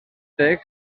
text